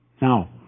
Now